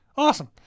Awesome